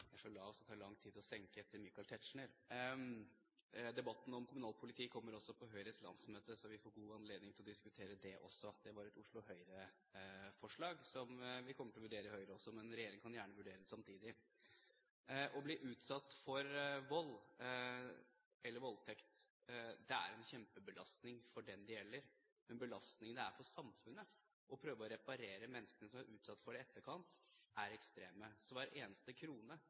Debatten om kommunalt politi kommer også på Høyres landsmøte, så vi får god anledning til å diskutere det der også. Det er et Oslo Høyre-forslag som vi kommer til å vurdere i Høyre også, men regjeringen kan gjerne vurdere det samtidig. Å bli utsatt for vold eller voldtekt er en kjempebelastning for den det gjelder, men belastningene det er for samfunnet i etterkant å prøve å reparere menneskene som er utsatt for det, er ekstreme. Så hver eneste krone